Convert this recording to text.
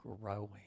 growing